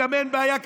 גם אין בעיה כספית.